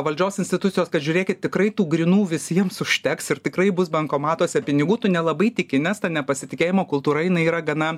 valdžios institucijos kad žiūrėkit tikrai tų grynų visiems užteks ir tikrai bus bankomatuose pinigų tu nelabai tiki nes ta nepasitikėjimo kultūra jinai yra gana